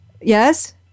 Yes